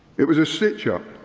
it was a stitch-up.